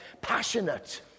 passionate